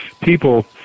people